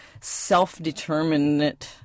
self-determined